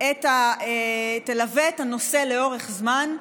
את הנושא לאורך הזמן,